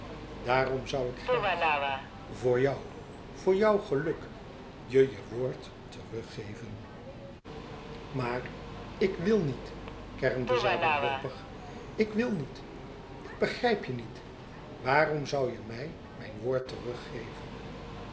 daarom zoû ik graag voor jou voor jouw geluk je je woord teruggeven maar ik wil niet kermde zij wanhopig ik wil niet ik begrijp je niet waarom zoû je mij mijn woord teruggeven